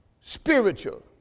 Spiritual